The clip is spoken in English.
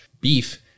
beef